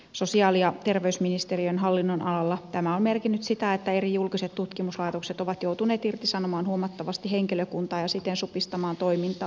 sosiaali ja terveysministeriön hallinnonalalla tämä on merkinnyt sitä että eri julkiset tutkimuslaitokset ovat joutuneet irtisanomaan huomattavasti henkilökuntaa ja siten supistamaan toimintaansa